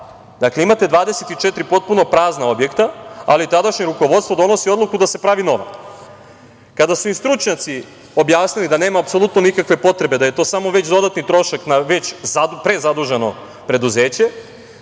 Dakle, imate 24 potpuno prazna objekta, ali tadašnje rukovodstvo donosi odluku da se pravi nova. Kada su im stručnjaci objasnili da nema apsolutno nikakve potreba, da je to samo već dodatni trošak na već prezaduženo preduzeće,